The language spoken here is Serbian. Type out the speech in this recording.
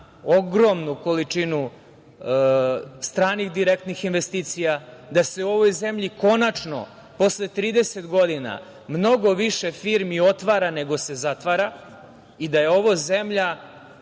ogromnu količinu stranih direktnih investicija, da se u ovoj zemlji konačno posle 30 godina mnogo više firmi otvara, nego se zatvara i da je ovo zemlja